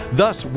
thus